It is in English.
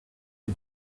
you